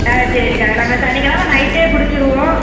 ஆ சரிக்கா நாங்கள் சனிக்கெழமை நைட்டே பிடிச்சுருவோம்